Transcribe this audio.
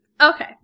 Okay